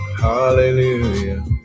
Hallelujah